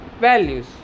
values